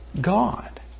God